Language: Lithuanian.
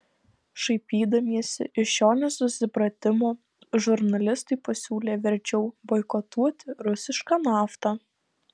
šaipydamiesi iš šio nesusipratimo žurnalistai pasiūlė verčiau boikotuoti rusišką naftą